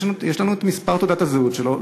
יש לנו מספר תעודת הזהות שלו,